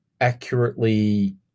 accurately